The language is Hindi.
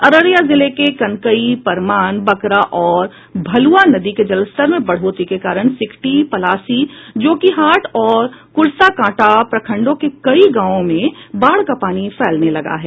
अररिया जिले में कनकई परमान बकरा और भलुआ नदियों के जलस्तर में बढ़ोतरी के कारण सिकटी पलासी जोकीहाट और कुर्साकांटा प्रखंडों के कई गांवों में बाढ़ का पानी फैलने लगा है